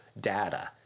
data